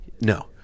No